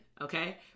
okay